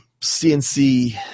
CNC